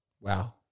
Wow